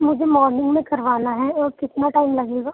مجھے مارننگ میں کروانا ہے اور کتنا ٹائم لگے گا